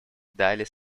дали